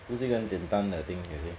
不是一个很简单的 I think really